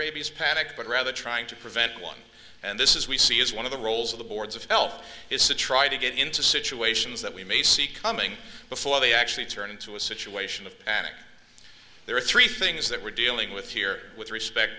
rabies panic but rather trying to prevent one and this is we see is one of the roles of the boards of health is to try to get into situations that we may see coming before they actually turn into a situation of panic there are three things that we're dealing with here with respect